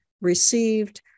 received